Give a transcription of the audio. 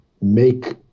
make